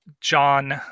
John